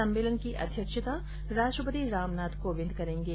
सम्मेलन की अध्यक्षता राष्ट्रपति रामनाथ कोविंद करेंगे